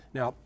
Now